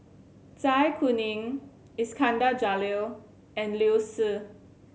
Zai Kuning Iskandar Jalil and Liu Si